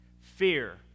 Fear